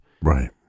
Right